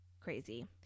crazy